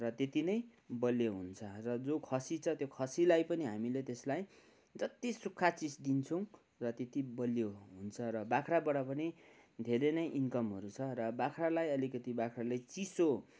र त्यतिनै बलियो हुन्छ र जो खसी छ त्यो खसीलाई पनि हामीले त्यसलाई जति सुक्खा चिज दिन्छौँ र त्यति बलियो हुन्छ र बाख्राबाट पनि धेरै नै इन्कमहरू छ र बाख्रालाई अलिकति बाख्राले चिसो